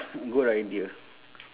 good idea